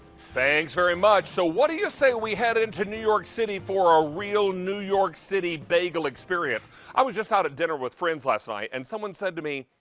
thanks very, much so what do you say we head into new york city for a real new york city bagel experience? i was just ah at a dinner with friends last night and someone said to me,